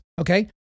okay